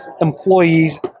employees